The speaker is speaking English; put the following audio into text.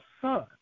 son